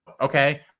Okay